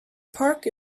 park